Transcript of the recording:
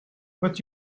but